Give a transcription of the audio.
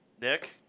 Nick